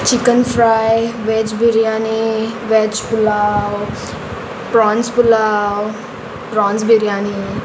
chicken fry veg biryani veg pulao prawns pulao prawns biryani